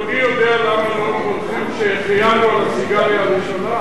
מכובדי יודע למה לא מברכים שהחיינו על הסיגריה הראשונה?